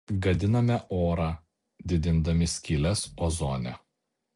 gadiname orą didindami skyles ozone